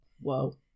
Whoa